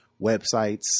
websites